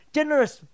Generous